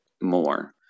more